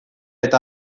eta